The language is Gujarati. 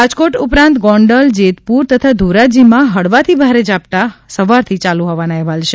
રાજકોટ ઉપરાંત ગોંડલ જેતપુર તથા ધોરાજીમાં હળવા થી ભારે ઝાપટાં સવારથી ચાલુ હોવાના અહેવાલ છે